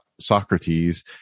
Socrates